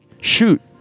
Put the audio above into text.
Shoot